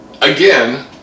again